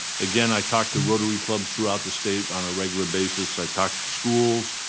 again, i talked to rotary clubs throughout the state on a regular basis. i talk to schools,